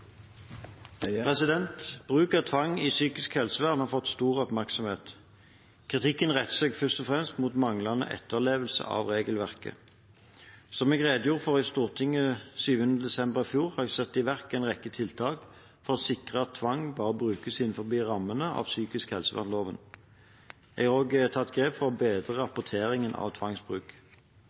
Bruk av tvang i psykisk helsevern har fått stor oppmerksomhet. Kritikken retter seg først og fremst mot manglende etterlevelse av regelverket. Som jeg redegjorde for i Stortinget 7. desember i fjor, har jeg satt i verk en rekke tiltak for å sikre at tvang bare brukes innenfor rammene av lov om psykisk helsevern. Jeg har også tatt grep for å bedre rapporteringen av tvangsbruk.